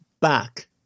back